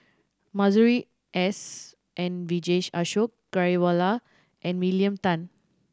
Masuri S N Vijesh Ashok Ghariwala and William Tan